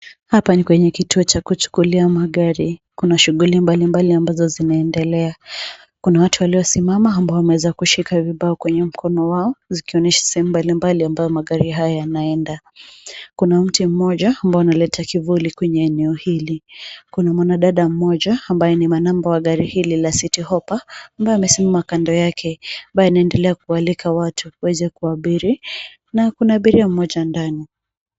Hapa ni kwenye kituo cha kuchukulia magari. Kuna shughuli mbalimbali ambazo zinaendelea. Kuna watu waliosimama ambao wameweza kushika vibao kwenye mikono yao, vikionyesha sehemu mbalimbali ambayo magari haya yanaenda. Kuna mti mmoja ambao unaleta kivuli kwenye eneo hili. Kuna mwanadada mmoja ambaye ni manamba wa gari hili la City Hoppa, ambaye amesimama kando yake. Ambaye anaendelea kuwaalika watu waweze kuabiri na kuna abiria mmoja ndani.